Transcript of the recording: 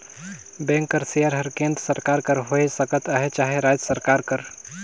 bank कर share हर केन्द्र सरकार कर होए सकत अहे चहे राएज सरकार कर